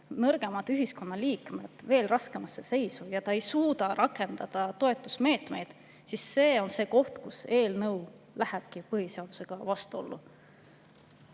nõrgemad ühiskonnaliikmed veel raskemasse seisu ja ei suuda rakendada toetusmeetmeid, siis see on see koht, kus eelnõu lähebki põhiseadusega vastuollu.